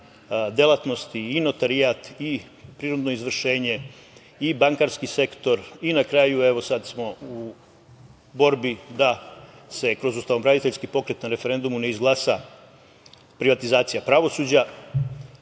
delatnosti i notarijat i prinudno izvršenje i bankarski sektor i na kraju evo sad smo u borbi da se kroz ustavno-braniteljski pokret na referendumu ne izglasa privatizacija pravosuđa,